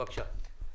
בבקשה.